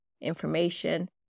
information